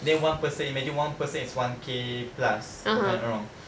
then one person imagine one person is one K plus if I'm not wrong